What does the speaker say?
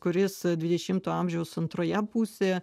kuris dvidešimto amžiaus antroje pusėje